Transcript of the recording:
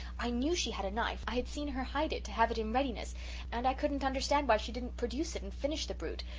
i knew she had a knife i had seen her hide it, to have it in readiness and i couldn't understand why she didn't produce it and finish the brute.